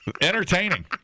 Entertaining